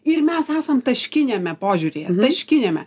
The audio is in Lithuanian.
ir mes esam taškiniame požiūryje taškiniame